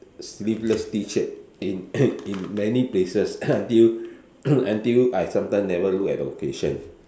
sleeveless T shirt in in many places until until I sometimes never look at the occasion